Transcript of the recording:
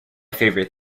favorite